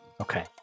Okay